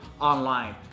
online